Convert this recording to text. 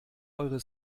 eure